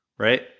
right